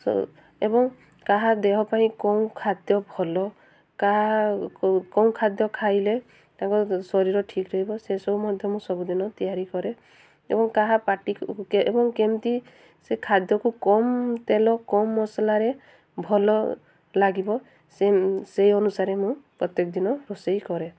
ଏବଂ କାହା ଦେହ ପାଇଁ କେଉଁ ଖାଦ୍ୟ ଭଲ କାହା କେଉଁ ଖାଦ୍ୟ ଖାଇଲେ ତାଙ୍କ ଶରୀର ଠିକ୍ ରହିବ ସେସବୁ ମଧ୍ୟ ମୁଁ ସବୁଦିନ ତିଆରି କରେ ଏବଂ କାହା ପାଟିକୁ ଏବଂ କେମିତି ସେ ଖାଦ୍ୟକୁ କମ୍ ତେଲ କମ୍ ମସଲାରେ ଭଲ ଲାଗିବ ସେ ସେଇ ଅନୁସାରେ ମୁଁ ପ୍ରତ୍ୟେକ ଦିନ ରୋଷେଇ କରେ